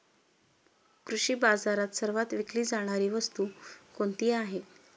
कृषी बाजारात सर्वात विकली जाणारी वस्तू कोणती आहे?